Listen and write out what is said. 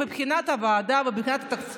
מבחינת הוועדה ומבחינת התקציב,